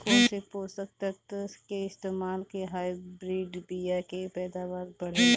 कौन से पोषक तत्व के इस्तेमाल से हाइब्रिड बीया के पैदावार बढ़ेला?